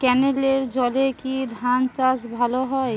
ক্যেনেলের জলে কি ধানচাষ ভালো হয়?